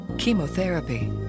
chemotherapy